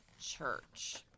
Church